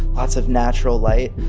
lots of natural light.